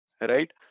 right